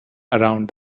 around